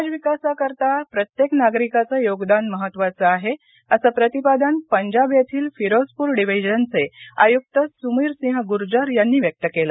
समाज विकासाकरीता प्रत्येक नागरिकाचं योगदान महत्वाचं आहे असं प्रतिपादन पंजाब येथील फिरोजपूर डिव्हिजनचे आयुक्त सुमीर सिंह गूर्जर यांनी व्यक्त केले